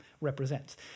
represents